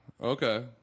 Okay